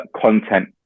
content